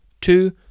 Two